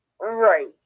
Right